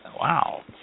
Wow